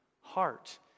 heart